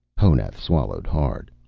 honath swallowed hard.